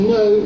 no